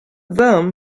them